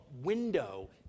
window